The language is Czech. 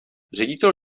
ředitel